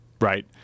Right